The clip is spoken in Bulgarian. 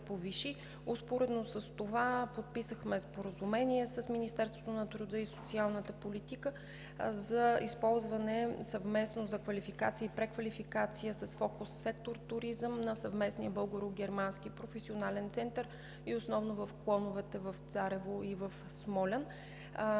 Успоредно с това подписахме споразумение с Министерството на труда и социалната политика за използване за квалификация и преквалификация с фокус сектор „Туризъм“ на съвместния Българо германски професионален център и основно в клоновете в Царево и в Смолян.